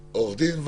עורכת דין וגנר.